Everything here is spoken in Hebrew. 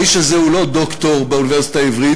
האיש הזה הוא לא דוקטור באוניברסיטה העברית,